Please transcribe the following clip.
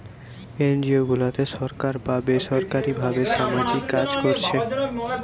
NGO গুলাতে সরকার বা বেসরকারী ভাবে সামাজিক কাজ কোরছে